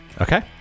Okay